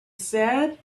said